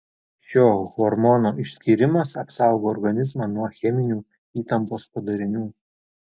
šio hormono išskyrimas apsaugo organizmą nuo cheminių įtampos padarinių